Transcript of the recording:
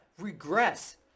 regress